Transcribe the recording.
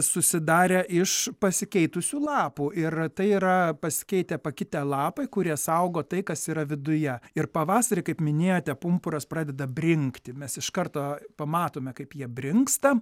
susidarę iš pasikeitusių lapų ir tai yra pasikeitę pakitę lapai kurie saugo tai kas yra viduje ir pavasarį kaip minėjote pumpuras pradeda brinkti mes iš karto pamatome kaip jie brinksta